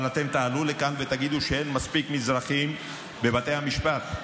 אבל אתם תעלו לכאן ותגידו שאין מספיק מזרחים בבתי המשפט,